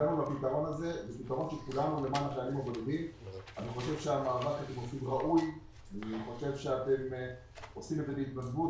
אני חושב שמדובר בסוגיה שניתן לפתור בקלות,